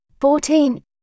fourteen